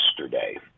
yesterday